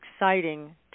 exciting